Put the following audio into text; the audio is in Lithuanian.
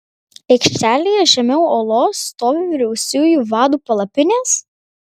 aikštelėje žemiau olos stovi vyriausiųjų vadų palapinės